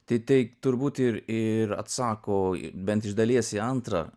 tai tai turbūt ir ir atsako bent iš dalies į antrą